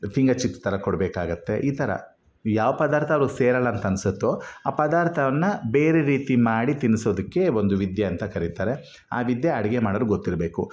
finger chips ಥರ ಕೊಡಬೇಕಾಗತ್ತೆ ಈ ಥರ ಯಾವ ಪದಾರ್ಥ ಆದರು ಸೇರಲ್ಲ ಅಂತ ಅನಿಸತ್ತೋ ಆ ಪದಾರ್ಥವನ್ನ ಬೇರೆ ರೀತಿ ಮಾಡಿ ತಿನ್ನಿಸೋದಕ್ಕೆ ಒಂದು ವಿದ್ಯೆ ಅಂತ ಕರಿತಾರೆ ಆ ವಿದ್ಯೆ ಅಡುಗೆ ಮಾಡೋರಿಗೆ ಗೊತ್ತಿರಬೇಕು